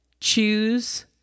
choose